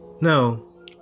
No